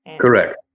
Correct